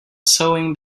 sewing